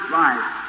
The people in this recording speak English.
life